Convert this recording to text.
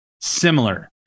Similar